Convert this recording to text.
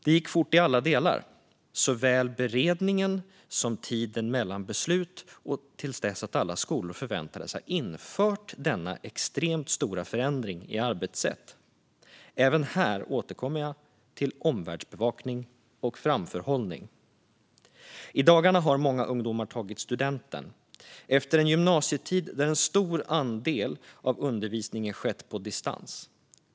Det gick fort i alla delar, såväl beredningen som tiden mellan beslutet till dess att alla skolor förväntades ha infört denna extremt stora förändring i arbetssätt. Även här återkommer jag till omvärldsbevakning och framförhållning. I dagarna har många ungdomar tagit studenten, efter en gymnasietid där en stor andel av undervisningen skett på distans.